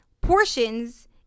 portions